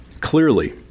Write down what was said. clearly